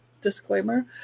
disclaimer